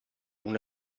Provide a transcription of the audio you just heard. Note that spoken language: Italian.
una